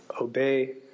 Obey